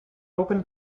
opened